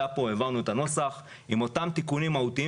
העברנו את הנוסח עם אותם תיקונים מהותיים